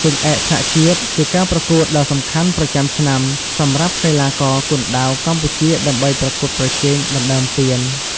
ជើងឯកថ្នាក់ជាតិ ជាការប្រកួតដ៏សំខាន់ប្រចាំឆ្នាំសម្រាប់កីឡាករគុនដាវកម្ពុជាដើម្បីប្រកួតប្រជែងដណ្ដើមពាន។